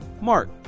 Mark